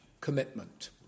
commitment